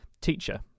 teacher